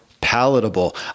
palatable